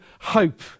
hope